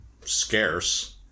scarce